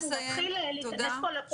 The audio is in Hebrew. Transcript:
אנחנו נתחיל להיכנס פה לפוליטיקה של זהויות?